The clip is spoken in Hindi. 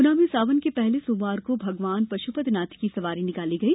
गूना में श्रावण के पहले सोमवार को भगवान पश्रपतिनाथ की सवारी निकाली गई